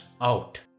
out